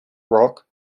rock